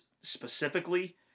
specifically